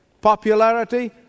popularity